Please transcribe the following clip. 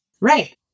Right